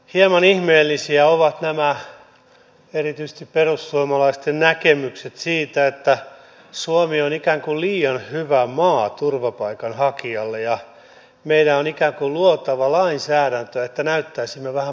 hieman ihmeellisiä ovat erityisesti nämä perussuomalaisten näkemykset siitä että suomi on ikään kuin liian hyvä maa turvapaikanhakijalle ja meidän on ikään kuin luotava lainsäädäntöä että näyttäisimme vähän pahemmilta